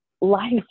life